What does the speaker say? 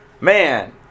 man